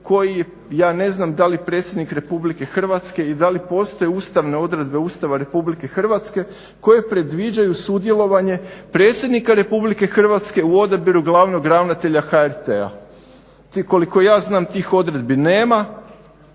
koji, ja ne znam da li predsjednik Republike Hrvatske i da li je postoje ustavne odredbe Ustava Republike Hrvatske koje predviđaju sudjelovanje predsjednika Republike Hrvatske u odabiru glavnog ravnatelja HRT-a. Koliko ja znam tih odredbi nema,